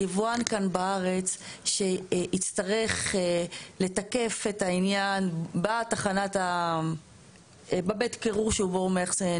היבואן כאן בארץ שיצטרך לתקף את העניין בבית קירור שבו הוא מאחסן,